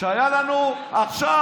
כשהיה לנו עכשיו,